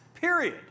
period